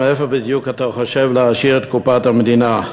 מאיפה בדיוק אתה חושב להעשיר את קופת המדינה,